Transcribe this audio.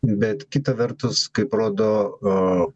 bet kita vertus kaip rodo a